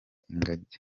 ingagi